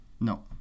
No